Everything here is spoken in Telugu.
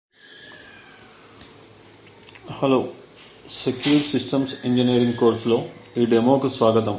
demo cache timing attack on T table implementation of AES hello secure systems engineering course లో ఈ డెమోకు స్వాగతం